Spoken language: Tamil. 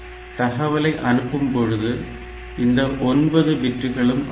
தகவலை அனுப்பும் பொழுது இந்த 9 பிட்களும் அனுப்பப்படும்